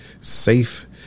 safe